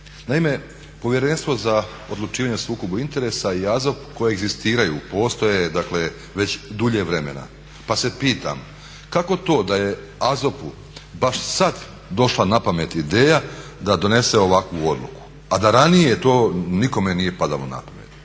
Naime, Povjerenstvo za odlučivanje o sukobu interesa i AZOP koji egzistiraju, postoje dakle već dulje vremena pa se pitam kako to da je AZOP-u baš sad došla na pamet ideja da donese ovakvu odluku, a da ranije to nikome nije padalo na pamet?